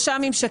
העסק: